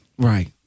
Right